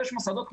ויש מוסדות,